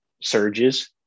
surges